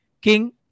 King